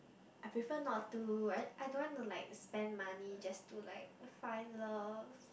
I prefer not to I I don't want to like spend money just to like find love